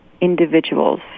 individuals